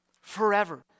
Forever